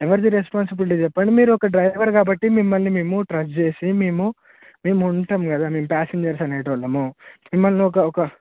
ఎవరిది రెస్పాన్సిబిలిటీ చెప్పండి మీరొక డ్రైవర్ కాబట్టి మిమ్మల్ని మేము ట్రస్ట్ చేసి మేము మేముంటాము కదా మేం ప్యాసింజర్స్ అనేటోళ్ళము మిమ్మల్ని ఒక ఒక